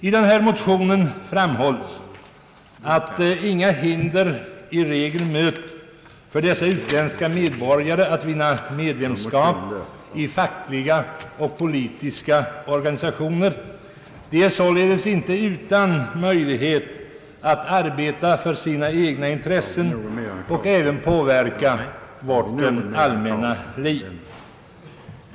I motionen framhålles att inga hinder i regel möter dessa utländska medborgare om de vill vinna medlemskap i fackliga och politiska organisationer. De är således inte utan möjlighet att arbeta för sina egna intressen och även påverka vårt allmänna liv.